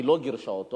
היא לא גירשה אותו.